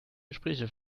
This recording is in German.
gespräche